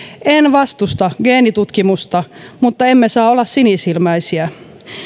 en vastusta geenitutkimusta mutta emme saa olla sinisilmäisiä